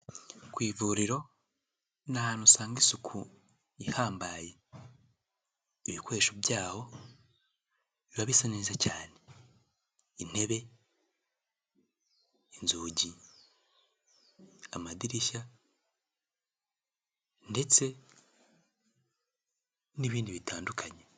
Ku ivuriro n’ahantu usanga isuku ihambaye ibikoresho byaho biba bisa neza cyane intebe, inzugi, amadirishya ndetse n'ibindi bitandukanye.